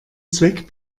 zweck